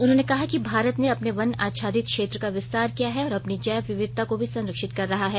उन्होंने कहा कि भारत ने अपने वन आच्छादित क्षेत्र का विस्तार किया है और अपनी जैव विविधता को भी संरक्षित कर रहा है